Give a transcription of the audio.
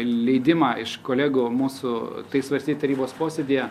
leidimą iš kolegų mūsų tai svarstyt tarybos posėdyje